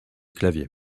clavier